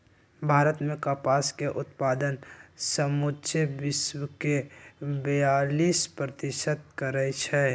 भारत मे कपास के उत्पादन समुचे विश्वके बेयालीस प्रतिशत करै छै